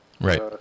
Right